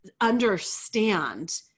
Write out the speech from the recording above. understand